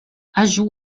ajout